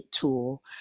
tool